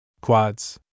quads